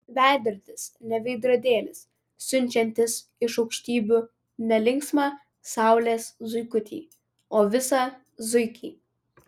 veidrodis ne veidrodėlis siunčiantis iš aukštybių ne linksmą saulės zuikutį o visą zuikį